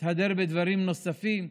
מתהדר בדברים נוספים,